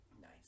Nice